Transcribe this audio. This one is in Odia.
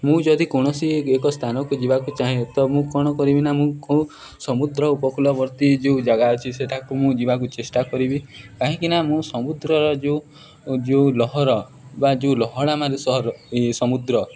ମୁଁ ଯଦି କୌଣସି ଏକ ସ୍ଥାନକୁ ଯିବାକୁ ଚାହେଁ ତ ମୁଁ କ'ଣ କରିବି ନା ମୁଁ କେଉଁ ସମୁଦ୍ର ଉପକୂଳବର୍ତ୍ତୀ ଯେଉଁ ଜାଗା ଅଛି ସେଠାକୁ ମୁଁ ଯିବାକୁ ଚେଷ୍ଟା କରିବି କାହିଁକିନା ମୁଁ ସମୁଦ୍ରର ଯେଉଁ ଯେଉଁ ଲହରୀ ବା ଯେଉଁ ଲହଡ଼ା ମାନେ ସହର ସମୁଦ୍ର